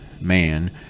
man